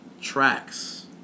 tracks